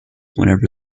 whenever